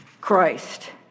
Christ